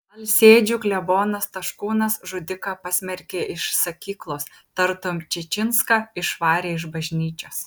alsėdžių klebonas taškūnas žudiką pasmerkė iš sakyklos tartum čičinską išvarė iš bažnyčios